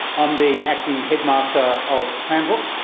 i'm the acting headmaster of cranbrook.